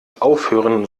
aufhören